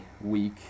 week